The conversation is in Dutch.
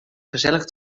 gezellig